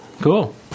cool